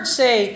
say